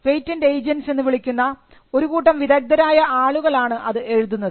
patent agents എന്ന് വിളിക്കുന്ന ഒരു കൂട്ടം വിദഗ്ധരായ ആളുകൾ ആണ് അത് എഴുതുന്നത്